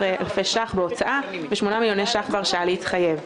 אלפי שקלים חדשים בהוצאה ו-8 מיליוני שקלים בהרשאה להתחייב.